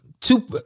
two